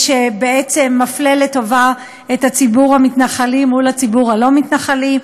שמפלה לטובה את ציבור המתנחלים מול הציבור הלא-מתנחלי.